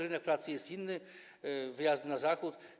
Rynek pracy jest inny, są wyjazdy na Zachód.